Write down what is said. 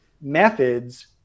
methods